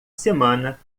semana